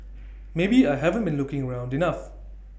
maybe I haven't been looking around enough